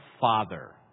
Father